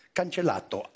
cancellato